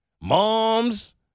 Moms